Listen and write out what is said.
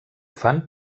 fan